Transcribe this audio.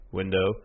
window